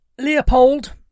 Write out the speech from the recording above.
Leopold